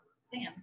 Sam